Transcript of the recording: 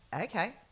Okay